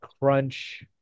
crunch